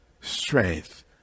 strength